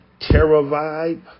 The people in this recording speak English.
TerraVibe